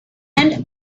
and